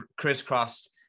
crisscrossed